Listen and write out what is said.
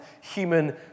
human